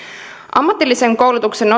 ammatillisen koulutuksen